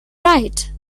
right